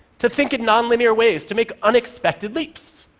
to think in nonlinear ways, to make unexpected leaps.